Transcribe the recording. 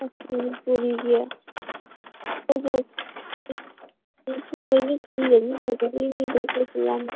ꯑꯁ ꯃꯅꯤꯄꯨꯔꯤꯒꯤ ꯑꯩꯈꯣꯏꯁꯨ ꯈꯨꯠꯏꯁꯤꯅꯁꯨ ꯐꯖꯔꯤꯃꯤꯗ ꯑꯩꯈꯣꯏꯁꯨ ꯌꯥꯝ